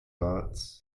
lots